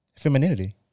femininity